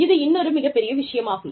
இது இன்னொரு மிகப்பெரிய விஷயமாகும்